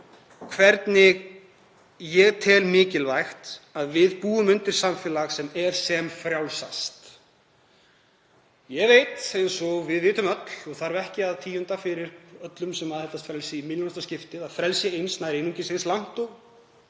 hvernig ég tel mikilvægt að við búum til samfélag sem er sem frjálsast. Ég veit eins og við vitum öll og þarf ekki að tíunda fyrir öllum sem aðhyllast frelsi í milljónasta skiptið að frelsi eins nær einungis að